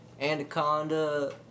Anaconda